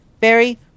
Barry